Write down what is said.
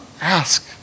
ask